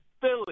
Philly